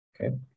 okay